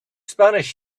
spanish